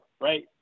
right